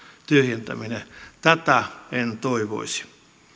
tyhjentäminen tätä en toivoisi